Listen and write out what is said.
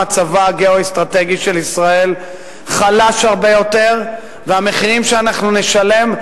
מצבה הגיאו-אסטרטגי של ישראל חלש הרבה יותר והמחירים שאנחנו נשלם,